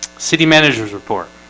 city managers report.